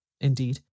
Indeed